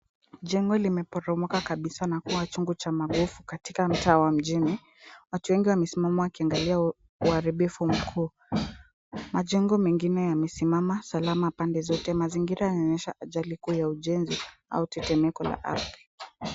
Jengo limeporomoka kabisaa na kuwa chungo cha mabofu katika mtaa wa mjini. Watu wengi wamesimama wakiangalia uharibifu mkuu. Majengomengine yamesimama salama pande zote. Mazingira yanaonyesha ajali kuu ya ujenzi au tetemeko la ardhi.